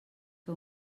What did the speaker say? que